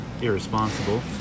irresponsible